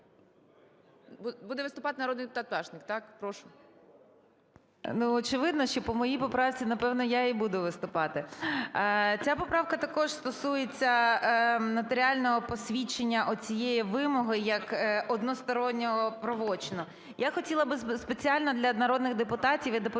Буде виступати народний депутат Пташник. Так? Прошу. 11:45:06 ПТАШНИК В.Ю. Очевидно, що по моїй поправці, напевно, я і буду виступати. Ця поправка також стосується нотаріального посвідчення цієї вимоги як одностороннього правочину. Я хотіла б спеціально для народних депутатів і доповідаючого